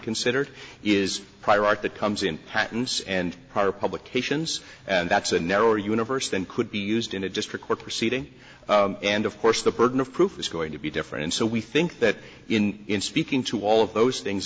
considered is prior art that comes in patents and publications and that's a narrower universe than could be used in a district court proceeding and of course the burden of proof is going to be different and so we think that in in speaking to all of those things